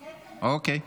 אוקיי.